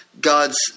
God's